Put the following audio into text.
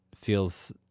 feels